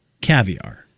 Caviar